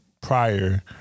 prior